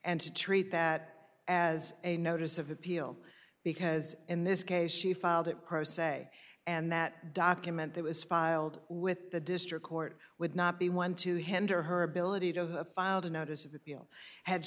and to treat that as a notice of appeal because in this case she filed it pro se and that document that was filed with the district court would not be one to hinder her ability to have a filed a notice of appeal had